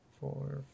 four